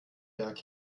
berg